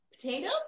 Potatoes